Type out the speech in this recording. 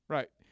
Right